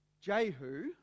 Jehu